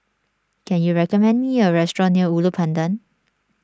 can you recommend me a restaurant near Ulu Pandan